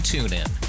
TuneIn